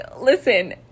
listen